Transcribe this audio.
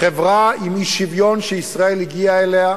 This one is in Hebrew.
חברה עם אי-שוויון שישראל הגיעה אליה,